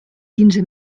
quinze